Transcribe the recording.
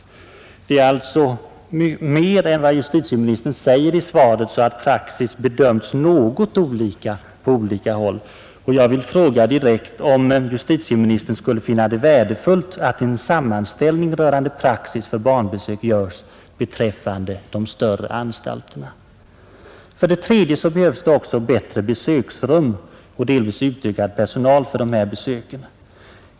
Förhållandena är alltså vida mer olika än vad justitieministern säger i sitt svar om att praxis är ”något” olika på olika håll. Jag vill fråga, om justitieministern skulle finna det värdefullt att en sammanställning rörande praxis för barnbesök görs beträffande de större anstalterna. För det tredje behövs det också bättre besöksrum och delvis utökad personal för de här besöken.